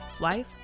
wife